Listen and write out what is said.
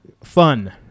fun